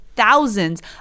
thousands